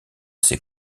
ses